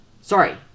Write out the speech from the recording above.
Sorry